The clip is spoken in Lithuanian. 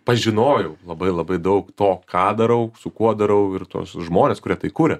pažinojau labai labai daug to ką darau su kuo darau ir tuos žmones kurie tai kuria